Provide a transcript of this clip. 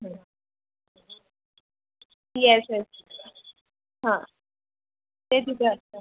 yes yes हां तेसुद्धा असतात